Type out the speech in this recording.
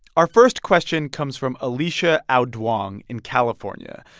our first question comes from alicia oudwong in california.